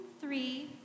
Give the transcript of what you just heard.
three